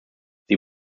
sie